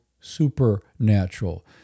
supernatural